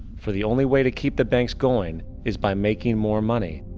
for the only way to keep the banks going is by making more money.